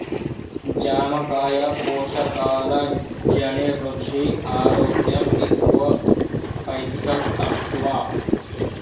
జామకాయ పోషకాల ఘనీ, రుచి, ఆరోగ్యం ఎక్కువ పైసల్ తక్కువ